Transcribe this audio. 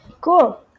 Cool